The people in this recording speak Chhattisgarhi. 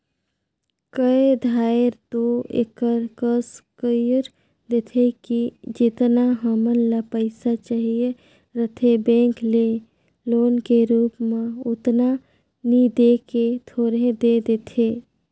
कए धाएर दो एकर कस कइर देथे कि जेतना हमन ल पइसा चाहिए रहथे बेंक ले लोन के रुप म ओतना नी दे के थोरहें दे देथे